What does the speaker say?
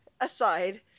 aside